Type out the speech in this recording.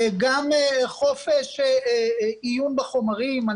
גם חופש עיון בחומרים,